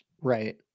Right